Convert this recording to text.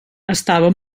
estava